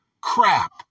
crap